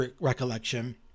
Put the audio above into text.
recollection